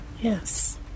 Yes